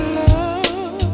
love